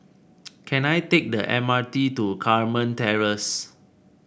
can I take the M R T to Carmen Terrace